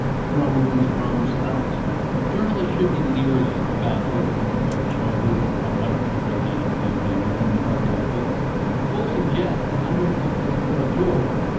throw these bums out journalists should be leery about public opinion polls showing who is the front-runner in a presidential campaign. we've learned the hard way. but the polls suggest that andres lopez obrador,